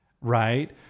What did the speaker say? right